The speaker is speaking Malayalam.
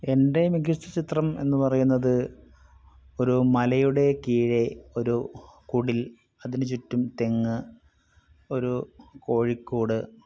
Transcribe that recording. എൻ്റെ മികച്ച ചിത്രം എന്നു പറയുന്നത് ഒരു മലയുടെ കീഴെ ഒരു കുടിൽ അതിനു ചുറ്റും തെങ്ങ് ഒരു കോഴിക്കൂട്